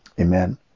Amen